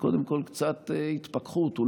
סיעות הבית.